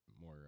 more